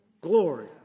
glory